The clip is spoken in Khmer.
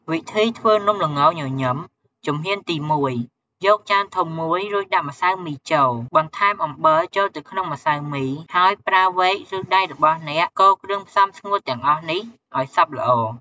វិធីធ្វើនំល្ងញញឹម ជំហានទី ១ យកចានធំមួយ រួចដាក់ម្សៅមីចូល បន្ថែម អំបិលចូលទៅក្នុងម្សៅមី ហើយប្រើវែក ឬដៃរបស់អ្នកកូរគ្រឿងផ្សំស្ងួតទាំងអស់នេះឱ្យសព្វល្អ។